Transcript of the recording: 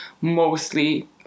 mostly